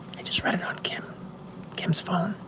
i just read it on cam's cam's phone.